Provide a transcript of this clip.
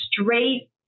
straight